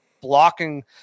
blocking